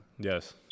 Yes